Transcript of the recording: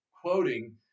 quoting